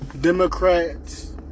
Democrats